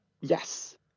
Yes